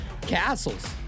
castles